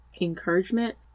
encouragement